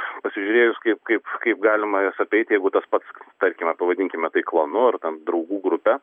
pasižiūrėjus kaip kaip kaip galima jas apeiti jeigu tas pats tarkime pavadinkime tai klanu ar ten draugų grupe